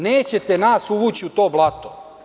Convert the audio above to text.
Nećete nas uvući u to blato.